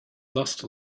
lost